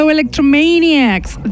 Electromaniacs